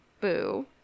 boo